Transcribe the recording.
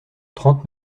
trente